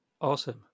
awesome